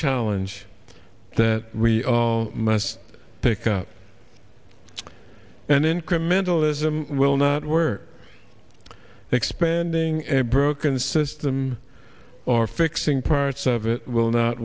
challenge that we must pick up and incremental ism will not work expanding a broken system or fixing parts of it will not